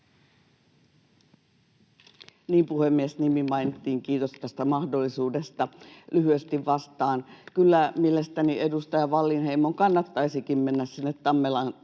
Niin, puhemies, nimi mainittiin. Kiitos tästä mahdollisuudesta. Lyhyesti vastaan: Kyllä mielestäni edustaja Wallinheimon kannattaisikin mennä sinne Tammelan